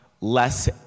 less